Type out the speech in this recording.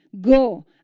go